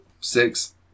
Six